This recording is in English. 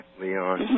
Leon